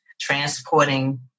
transporting